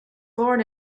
born